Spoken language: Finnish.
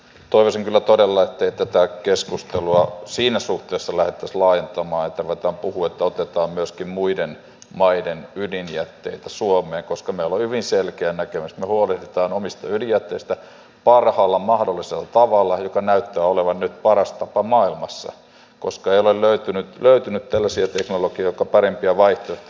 toivoisin kyllä todella ettei tätä keskustelua siinä suhteessa lähdettäisi laajentamaan että ruvetaan puhumaan että otetaan myöskin muiden maiden ydinjätteitä suomeen koska meillä on hyvin selkeä näkemys että me huolehdimme omista ydinjätteistä parhaalla mahdollisella tavalla joka näyttää olevan nyt paras tapa maailmassa koska ei ole löytynyt sellaisia teknologeja jotka esittäisivät parempia vaihtoehtoja